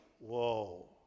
Whoa